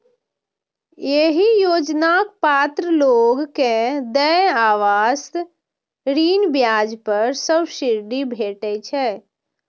एहि योजनाक पात्र लोग कें देय आवास ऋण ब्याज पर सब्सिडी भेटै छै